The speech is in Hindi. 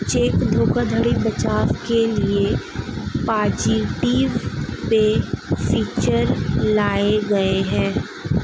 चेक धोखाधड़ी बचाव के लिए पॉजिटिव पे फीचर लाया गया है